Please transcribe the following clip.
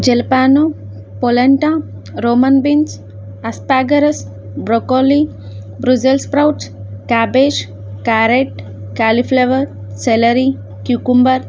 jalapeno polenta roman beans asparagus broccoli Brussels sprouts cabbage carrot cauliflower celery cucumber